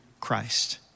Christ